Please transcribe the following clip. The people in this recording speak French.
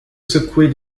secouer